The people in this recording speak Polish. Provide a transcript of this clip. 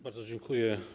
Bardzo dziękuję.